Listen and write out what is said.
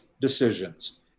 decisions